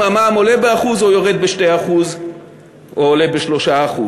המע"מ עולה ב-1% או יורד ב-2% או עולה ב-3%.